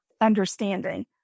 understanding